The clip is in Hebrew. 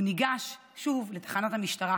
הוא ניגש שוב לתחנת המשטרה